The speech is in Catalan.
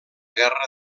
guerra